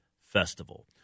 Festival